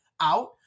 out